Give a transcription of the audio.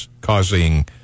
causing